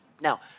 Now